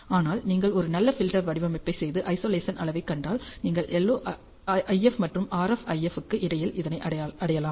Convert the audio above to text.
ஆனால் நீங்கள் ஒரு நல்ல ஃபில்டர் வடிவமைப்பு செய்து ஐசொலேசனை அளவைக் கண்டால் நீங்கள் LO IF மற்றும் RF IF க்கு இடையில் இதனை அடையலாம்